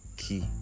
key